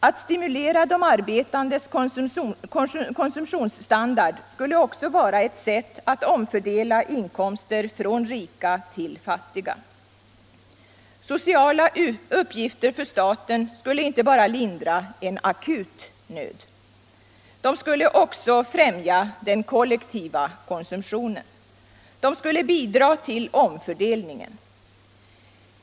Att höja de arbetandes konsumtionsstandard skulle också vara ett sätt att omfördela inkomster från rika till fattiga. Sociala uppgifter för staten skulle inte bara lindra en akut nöd. De skulle också främja den kollektiva konsumtionen. De skulle bidra till omfördelningen.